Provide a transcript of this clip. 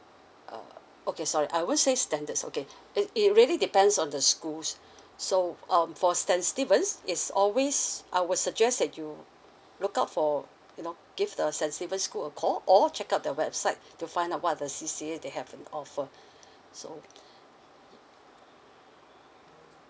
uh okay sorry I won't say standards okay it it really depends on the schools so um for saint stephen's is always I would suggest that you look out for you know give the S_T stephen's school a call or check out the website to find out what are the C_C_A they have been offered so